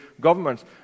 governments